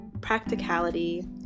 practicality